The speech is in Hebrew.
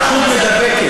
זו התרגשות מידבקת.